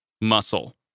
muscle